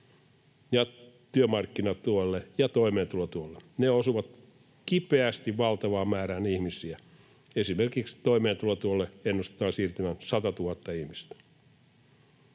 työmarkkinatuelle ja toimeentulotuelle. Ne osuvat kipeästi valtavaan määrään ihmisiä. Esimerkiksi toimeentulotuelle ennustetaan siirtyvän 100 000 ihmistä.